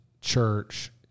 church